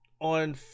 on